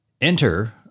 Enter